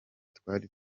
twari